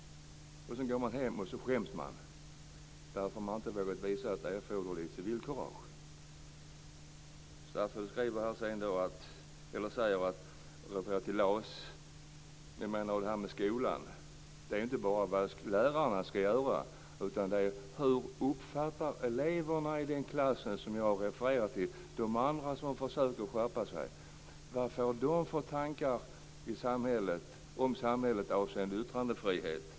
Sedan går man hem och skäms därför att man inte har vågat visa erforderligt civilkurage. Statsrådet refererar till LAS. Men när det gäller skolan är det inte bara fråga om vad lärarna skall göra, utan det handlar också om hur eleverna i sådana klasser som jag refererat till uppfattar de andra som försöker skärpa sig. Vad får de för tankar om samhället avseende yttrandefriheten?